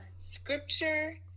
scripture